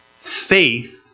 faith